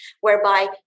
whereby